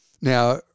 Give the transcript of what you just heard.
Now